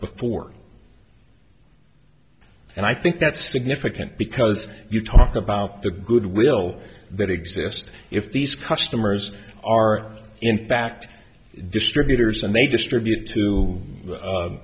before and i think that's significant because you talk about the goodwill that exist if these customers are in fact distributors and they distribute to